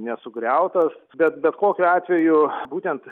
nesugriautas bet bet kokiu atveju būtent